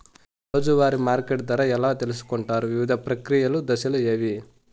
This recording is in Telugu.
రోజూ వారి మార్కెట్ ధర ఎలా తెలుసుకొంటారు వివిధ ప్రక్రియలు దశలు ఏవి?